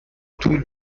طول